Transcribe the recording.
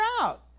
out